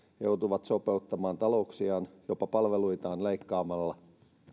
joutuvat sopeuttamaan talouksiaan jopa palveluitaan leikkaamalla